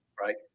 right